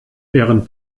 während